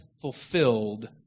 fulfilled